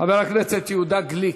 חבר הכנסת יהודה גליק,